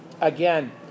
again